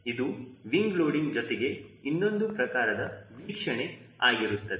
ಇದು wing loading ಜೊತೆಗೆ ಇನ್ನೊಂದು ಪ್ರಕಾರದ ವೀಕ್ಷಣೆ ಆಗಿರುತ್ತದೆ